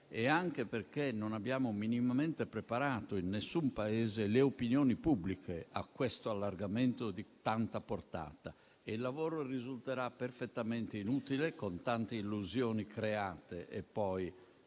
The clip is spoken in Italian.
e anche perché non abbiamo minimamente preparato in nessun Paese le opinioni pubbliche a un allargamento di tanta portata. Il lavoro risulterà perfettamente inutile, con tante illusioni create e poi